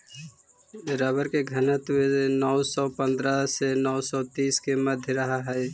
rubber के घनत्व नौ सौ पंद्रह से नौ सौ तीस के मध्य रहऽ हई